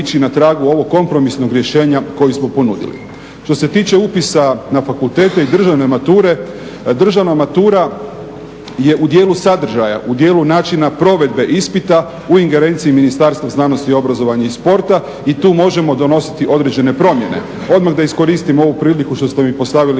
ići na tragu ovog kompromisnog rješenja koji smo ponudili. Što se tiče upisa na fakultete i državne mature, državna matura je u djelu sadržaja, u djelu načina provedbe ispita u ingerenciji Ministarstva znanosti, obrazovanja i sporta i tu možemo donositi određene promjene. Odmah da iskoristim ovu priliku što ste mi postavili